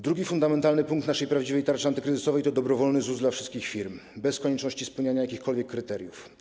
Drugi fundamentalny punkt naszej prawdziwej tarczy antykryzysowej to dobrowolny ZUS dla wszystkich firm bez konieczności spełniania jakichkolwiek kryteriów.